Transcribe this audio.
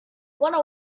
one